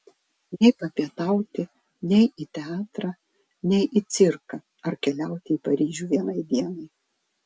nei papietauti nei į teatrą nei į cirką ar keliauti į paryžių vienai dienai